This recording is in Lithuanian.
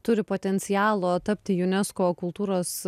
turi potencialo tapti unesco kultūros